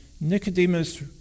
nicodemus